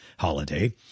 Holiday